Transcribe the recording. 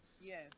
Yes